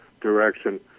direction